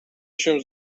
się